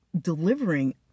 delivering